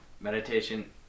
meditation